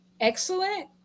excellent